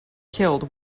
killed